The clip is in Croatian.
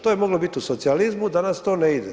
To je moglo biti u socijalizmu, danas to ne ide.